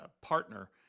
Partner